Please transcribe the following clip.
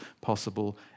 possible